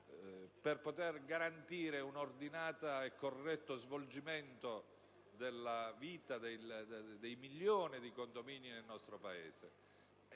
per poter garantire un ordinato e corretto svolgimento della vita dei milioni di condomini nel nostro Paese.